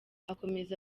akomeza